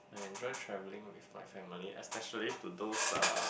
I enjoy travelling with my family especially to those uh